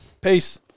Peace